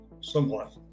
somewhat